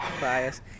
bias